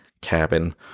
cabin